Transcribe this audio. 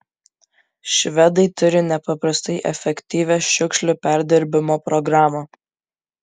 švedai turi nepaprastai efektyvią šiukšlių perdirbimo programą